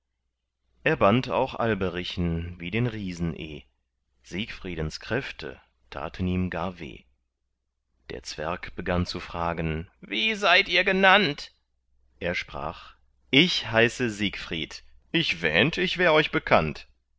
er band auch alberichen wie den riesen eh siegfriedens kräfte taten ihm gar weh der zwerg begann zu fragen wie seid ihr genannt er sprach ich heiße siegfried ich wähnt ich wär euch bekannt